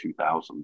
2000s